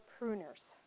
pruners